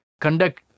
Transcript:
conduct